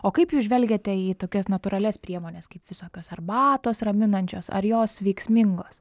o kaip jūs žvelgiate į tokias natūralias priemones kaip visokios arbatos raminančios ar jos veiksmingos